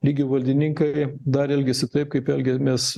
lygių valdininkai dar elgiasi taip kaip elgiamės